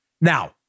Now